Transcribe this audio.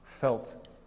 felt